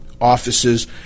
offices